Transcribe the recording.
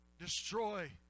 Destroy